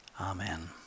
Amen